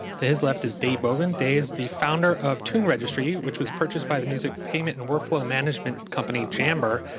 to his left is dae bogan. dae is the founder of tuneregistry, which was purchased by the music payment and workflow management company jammber,